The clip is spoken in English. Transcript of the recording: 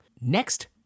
next